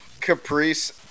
Caprice